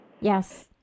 Yes